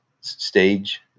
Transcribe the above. stage